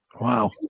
wow